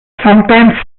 sometimes